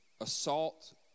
assault